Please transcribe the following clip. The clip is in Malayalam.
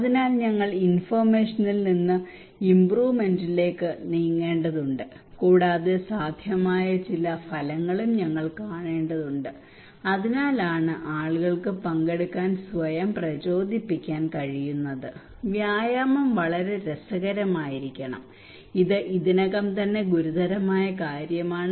അതിനാൽ ഞങ്ങൾ ഇൻഫൊർമേഷനിൽ നിന്ന് ഇമ്പ്രൂവ്മെന്റിലേക്ക് നീങ്ങേണ്ടതുണ്ട് കൂടാതെ സാധ്യമായ ചില ഫലങ്ങളും ഞങ്ങൾ കാണേണ്ടതുണ്ട് അതിനാലാണ് ആളുകൾക്ക് പങ്കെടുക്കാൻ സ്വയം പ്രചോദിപ്പിക്കാൻ കഴിയുന്നത് വ്യായാമം വളരെ രസകരമായിരിക്കണം ഇത് ഇതിനകം തന്നെ ഗുരുതരമായ കാര്യമാണ്